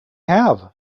have